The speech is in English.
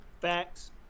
Facts